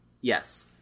Yes